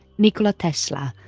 nikola tesla,